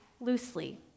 loosely